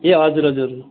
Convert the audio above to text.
ए हजुर हजुर